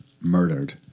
murdered